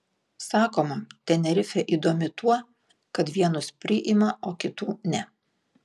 sakoma tenerifė įdomi tuo kad vienus priima o kitų ne